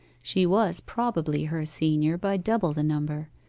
she was probably her senior by double the number,